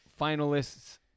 finalists